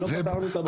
לא פתרנו את הבעיה.